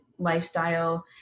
lifestyle